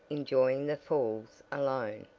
enjoying the falls alone.